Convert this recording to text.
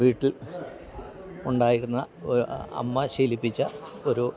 വീട്ടിൽ ഉണ്ടായിരുന്ന അമ്മ ശീലിപ്പിച്ച ഒരു